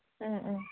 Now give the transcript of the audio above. ओ ओ